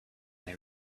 they